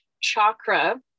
chakra